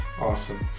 Awesome